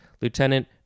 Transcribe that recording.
Lieutenant